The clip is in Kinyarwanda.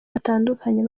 batandukanye